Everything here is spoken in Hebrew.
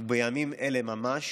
בימים אלה ממש